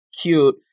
cute